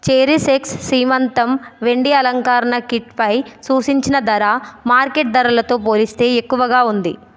చేరిస్ ఎక్స్ సీమంతం వెండి ఆలంకారణ కిట్పై సూచించిన ధర మార్కెట్ ధరలతో పోలిస్తే ఎక్కువగా ఉంది